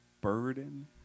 burden